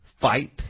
fight